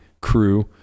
crew